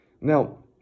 Now